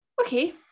okay